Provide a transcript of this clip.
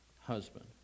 husband